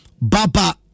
Baba